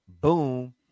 Boom